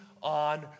on